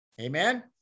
Amen